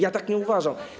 Ja tak nie uważam.